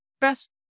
best